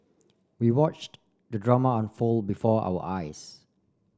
we watched the drama unfold before our eyes